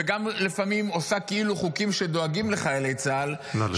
וגם לפעמים עושה כאילו חוקים שדואגים לחיילי צה"ל -- נא לסיים.